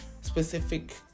specific